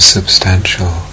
substantial